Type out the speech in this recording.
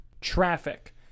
Traffic